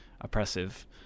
oppressive